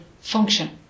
function